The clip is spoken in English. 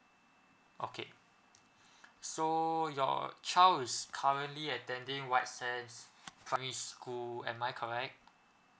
okay so your child is currently attending white sands primary school am I correct